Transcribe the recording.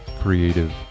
creative